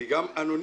כי גם אנונימוס,